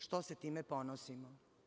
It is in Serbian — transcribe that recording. Što se time ponosimo?